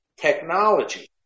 technology